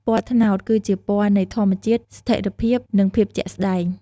ពណ៌ត្នោត គឺជាពណ៌នៃ ធម្មជាតិ ស្ថេរភាព និង ភាពជាក់ស្តែង។